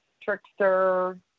Trickster